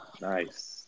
Nice